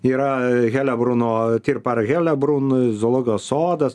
yra helebruno tirpar helebrun zoologijos sodas